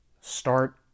start